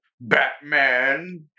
Batman